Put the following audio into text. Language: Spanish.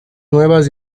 nuevas